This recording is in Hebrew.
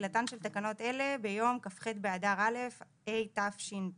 תחילתן של תקנות אלה ביום כ"ח באדר א' התשפ"ב